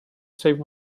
save